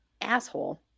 asshole